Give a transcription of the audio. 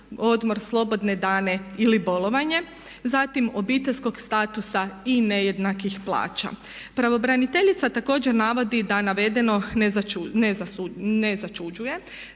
odmor, slobodne dane ili bolovanje. Zatim obiteljskog statusa i nejednakih plaća. Pravobraniteljica također navodi da navedeno na začuđuje